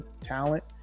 talent